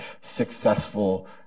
successful